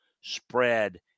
spread